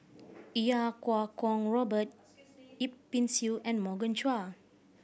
Iau Kuo Kwong Robert Yip Pin Xiu and Morgan Chua